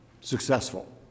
successful